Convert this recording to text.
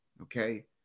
Okay